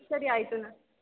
ಸರಿ ಆಯಿತು ನಾ